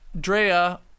Drea